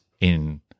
in-